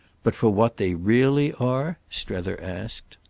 but for what they really are? strether asked.